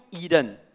Eden